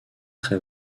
très